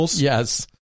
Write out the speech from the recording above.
yes